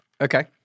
Okay